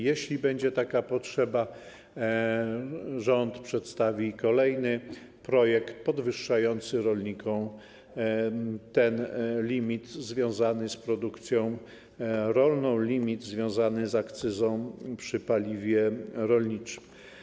Jeśli będzie taka potrzeba, rząd przedstawi kolejny projekt podwyższający rolnikom ten limit związany z produkcją rolną, limit związany z akcyzą na paliwo rolnicze.